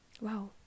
Wow